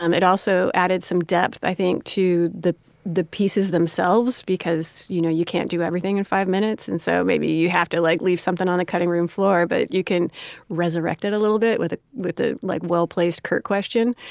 um it also added some depth, i think, to the the pieces themselves, because, you know, you can't do everything in five minutes. and so maybe you have to like leave something on the cutting room floor, but you can resurrect it a little bit with it with a like well-placed curt question.